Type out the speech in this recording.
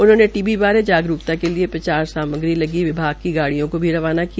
उन्होंने टीबी जागरूकता के लिए प्रचार सामग्री लगी विभाग की गाडिय़ों को भी रवाना किया